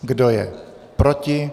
Kdo je proti?